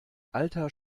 alter